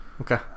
Okay